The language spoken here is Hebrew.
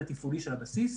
התפעולי של הבסיס.